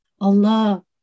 Allah